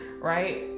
right